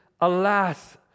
alas